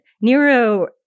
Nero